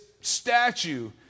statue